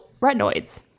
retinoids